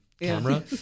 camera